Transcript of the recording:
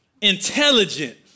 intelligent